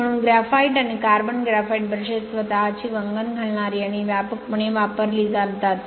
म्हणून ग्रेफाइट आणि carbon graphite brushes स्वत ची वंगण घालणारे आणि व्यापकपणे वापरले जातात